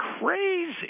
crazy